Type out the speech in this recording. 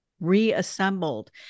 reassembled